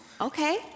Okay